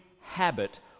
habit